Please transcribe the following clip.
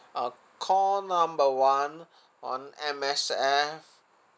uh call number one on M_S_F